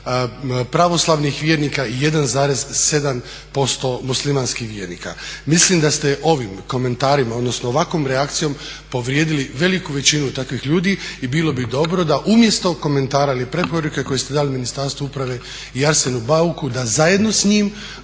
4,4% pravoslavnih vjernika i 1,7% muslimanskih vjernika. Mislim da ste ovim komentarima odnosno ovakvom reakcijom povrijedili veliku većinu takvih ljudi i bilo bi dobro da umjesto komentara ili preporuke koje ste dali Ministarstvu uprave i Arsenu Bauku da zajedno s njim